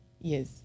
Yes